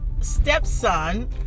stepson